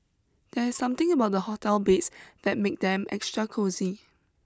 there's something about the hotel beds that make them extra cosy